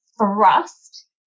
thrust